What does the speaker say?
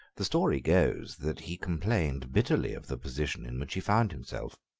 the story goes that he complained bitterly of the position in which he found himself.